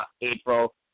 April